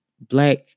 black